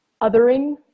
othering